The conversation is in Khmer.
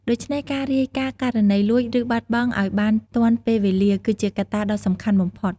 ដូច្នេះ ការរាយការណ៍ករណីលួច ឬបាត់បង់ឲ្យបានទាន់ពេលវេលា គឺជាកត្តាដ៏សំខាន់បំផុត។